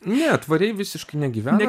ne tvariai visiškai negyvena